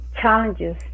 challenges